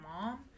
mom